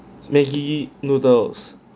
maggi noodles